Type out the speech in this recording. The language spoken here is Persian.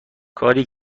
کاری